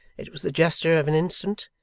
it was the gesture of an instant,